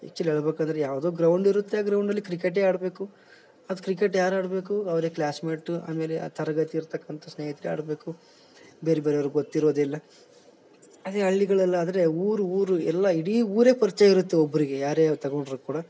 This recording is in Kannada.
ಆ್ಯಕ್ಚುಲಿ ಹೇಳ್ಬಕಂದ್ರೆ ಯಾವುದೋ ಗ್ರೌಂಡ್ ಇರುತ್ತೆ ಆ ಗ್ರೌಂಡಲ್ಲಿ ಕ್ರಿಕೆಟೆ ಆಡ್ಬೇಕು ಅದು ಕ್ರಿಕೆಟ್ ಯಾರು ಆಡ್ಬೇಕು ಅವರೆ ಕ್ಲಾಸ್ಮೇಟು ಆಮೇಲೆ ಆ ತರಗತಿ ಇರ್ತಕಂಥ ಸ್ನೇಹಿತರೆ ಆಡ್ಬೇಕು ಬೇರೆಬೇರೆ ಅವ್ರಿಗೆ ಗೊತ್ತಿರೋದಿಲ್ಲ ಅದೇ ಹಳ್ಳಿಗಳಲ್ ಆದರೆ ಊರು ಊರು ಎಲ್ಲ ಇಡೀ ಊರೇ ಪರಿಚಯ ಇರುತ್ತೆ ಒಬ್ಬರಿಗೆ ಯಾರ್ಯಾರು ತಗೊಂಡ್ರು ಕೂಡ